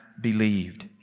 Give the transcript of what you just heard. believed